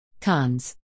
Cons